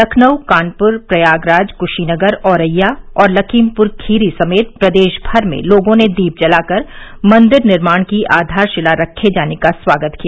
लखनऊ कानप्र प्रयागराज क्शीनगर औरैया और लखीमप्र खीरी समेत प्रदेश भर में लोगों ने दीप जलाकर मंदिर निर्माण की आधारशिला रखे जाने का स्वागत किया